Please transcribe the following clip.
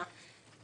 מה את מציעה?